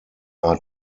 are